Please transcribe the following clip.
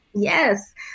Yes